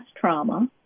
trauma